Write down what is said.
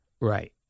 Right